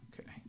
Okay